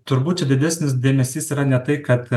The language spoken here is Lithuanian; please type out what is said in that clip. turbūt čia didesnis dėmesys yra ne tai kad